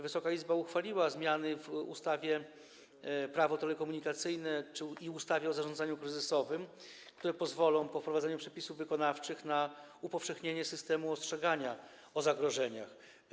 Wysoka Izba uchwaliła zmiany w ustawie Prawo telekomunikacyjne i ustawie o zarządzaniu kryzysowym, które pozwolą po wprowadzeniu przepisów wykonawczych na upowszechnienie systemu ostrzegania o zagrożeniach.